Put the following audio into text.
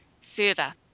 server